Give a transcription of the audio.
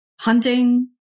hunting